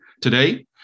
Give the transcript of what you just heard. Today